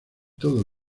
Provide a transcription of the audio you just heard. todo